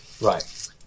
Right